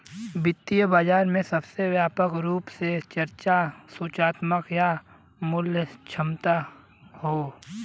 वित्तीय बाजार में सबसे व्यापक रूप से चर्चा सूचनात्मक या मूल्य दक्षता हौ